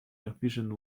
efficient